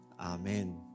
amen